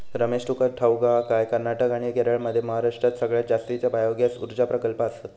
रमेश, तुका ठाऊक हा काय, कर्नाटक आणि केरळमध्ये महाराष्ट्रात सगळ्यात जास्तीचे बायोगॅस ऊर्जा प्रकल्प आसत